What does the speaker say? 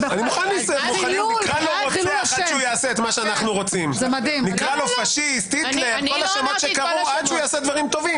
אני לא חושב שזה משהו להתכבד בו.